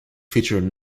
featured